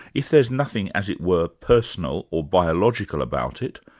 if there's nothing, as it were, personal or biological about it,